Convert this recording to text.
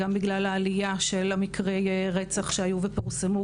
גם בגלל עליית מקרי הרצח שהיו ופורסמו,